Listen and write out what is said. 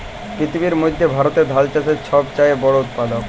পিথিবীর মইধ্যে ভারত ধাল চাষের ছব চাঁয়ে বড় উৎপাদক